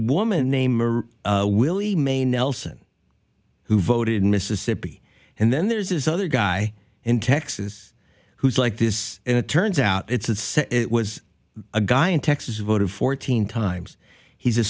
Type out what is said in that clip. woman named william a nelson who voted in mississippi and then there's this other guy in texas who's like this and it turns out it's a guy in texas voted fourteen times he's a